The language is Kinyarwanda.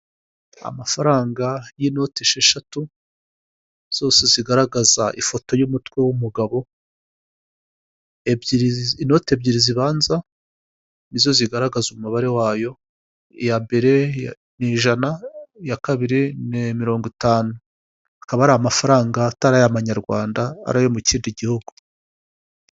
Amafaranga y'inoti esheshatu zose zigaragaza ifoto y'umutwe w'umugabo, ebyiri inoti ebyiri zibanza nizo zigaragaza umubare wayo iya mbere ni ijana iya kabiri ni mirongo itanu, akaba ari amafaranga atari ay'amanyarwanda ari ayo mu kindi gihugu.